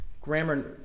grammar